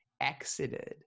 exited